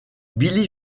billy